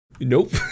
Nope